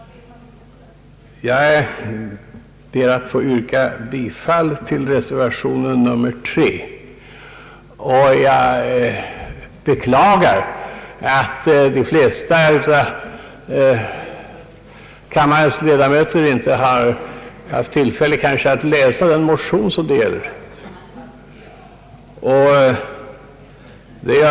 Jag ber att få yrka bifall till reservationen nr 3 och beklagar att de flesta av kammarens ledamöter kanske inte har haft tillfälle att läsa den motion som reservationen bygger på.